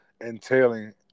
entailing